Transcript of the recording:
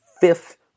fifth